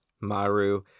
Maru